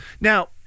Now